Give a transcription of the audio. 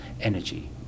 energy